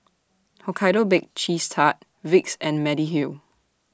Hokkaido Baked Cheese Tart Vicks and Mediheal